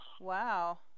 Wow